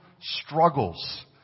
struggles